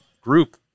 group